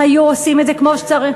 אם היו עושים את זה כמו שצריך,